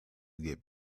get